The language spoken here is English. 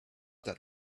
that